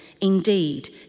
Indeed